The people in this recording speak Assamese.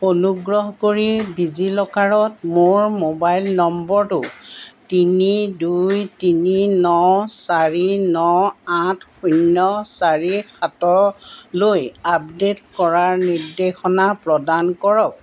অনুগ্ৰহ কৰি ডিজিলকাৰত মোৰ ম'বাইল নম্বৰটো তিনি দুই তিনি ন চাৰি ন আঠ শূন্য চাৰি সাতলৈ আপডেট কৰাৰ নিৰ্দেশনা প্ৰদান কৰক